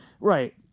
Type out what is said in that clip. Right